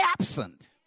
absent